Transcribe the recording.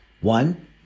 One